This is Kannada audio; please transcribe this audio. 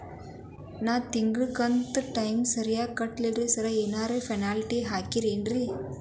ನಾನು ತಿಂಗ್ಳ ಕಂತ್ ಟೈಮಿಗ್ ಸರಿಗೆ ಕಟ್ಟಿಲ್ರಿ ಸಾರ್ ಏನಾದ್ರು ಪೆನಾಲ್ಟಿ ಹಾಕ್ತಿರೆನ್ರಿ?